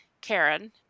Karen